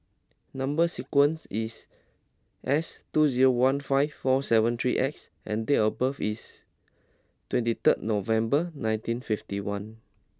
number sequence is S two zero one five four seven three X and date of birth is twenty third November nineteen fifty one